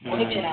ହୁଁ